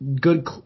Good